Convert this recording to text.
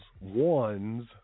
one's